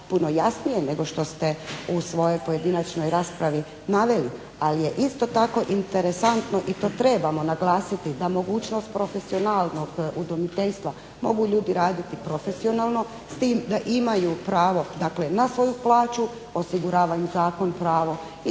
puno jasnije nego što ste u svojoj pojedinačnoj raspravi naveli ali je isto tako interesantno i to trebamo naglasiti da mogućnost profesionalnog udomiteljstva mogu ljudi raditi profesionalno s tim da imaju pravo na svoju plaću osigurava im Zakon pravo